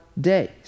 days